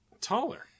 Taller